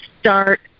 start